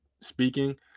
speaking